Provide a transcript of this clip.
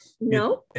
No